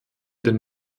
den